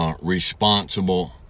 responsible